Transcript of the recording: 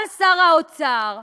על שר האוצר,